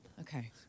Okay